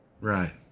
Right